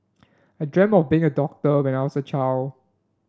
I dreamt of been a doctor when I was a child